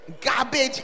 garbage